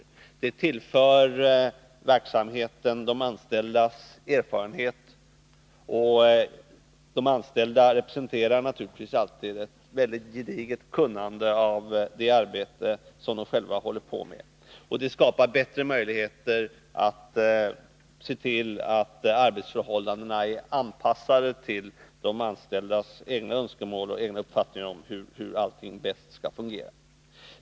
Medbestämmandet tillför verksamheten de anställdas erfarenhet, och de anställda representerar naturligtvis alltid ett gediget kunnande om det arbete de själva håller på med. Det skapar bättre möjligheter att se till att arbetsförhållandena är anpassade till de anställdas egna önskemål och egna uppfattningar om hur allting bäst skall fungera.